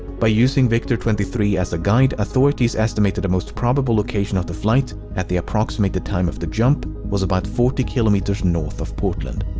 by using victor twenty three as a guide, authorities estimated the most probable location of the flight at the approximated time of the jump was about forty kilometers north of portland.